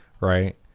right